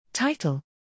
Title